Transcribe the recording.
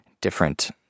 different